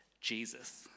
Jesus